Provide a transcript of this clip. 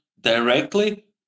directly